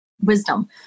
wisdom